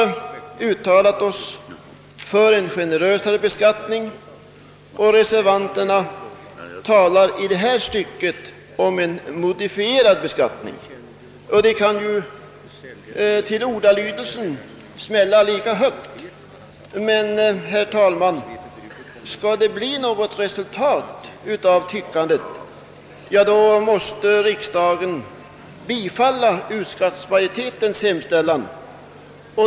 Utskottsmajoritetens uttalande att beskattningen bör göras generösare och reservanternas önskan om en modifierad beskattning bör till ordalydelsen smälla lika högt. Men skall det bli något resultat av tyckandet måste riksdagen, herr talman, bifalla utskottsmajoritetens förslag.